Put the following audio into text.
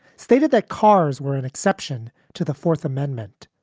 stated that cars were an exception to the fourth amendment.